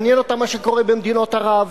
מעניין אותם מה שקורה במדינות ערב,